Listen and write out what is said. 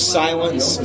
silence